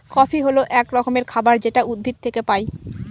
coffee হল এক রকমের খাবার যেটা উদ্ভিদ থেকে পায়